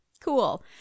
Cool